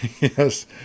Yes